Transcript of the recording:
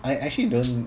I actually don't